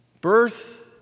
Birth